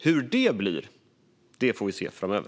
Hur det blir får vi se framöver.